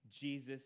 Jesus